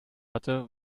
hatte